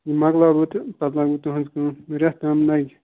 یہِ مۄکلاو بہٕ تہٕ پَتہٕ لاگہٕ بہٕ تُہٕنٛز کٲم ریٚتھ تام لگہِ